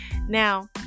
now